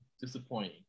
disappointing